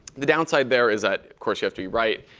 the downside there is that, of course, you have to be right.